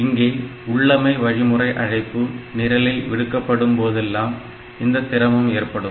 இங்கே உள்ளமை வழிமுறை அழைப்பு நிரலில் விடுவிக்கப்படும் போதெல்லாம் இந்த சிரமம் ஏற்படும்